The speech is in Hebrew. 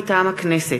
מטעם הכנסת: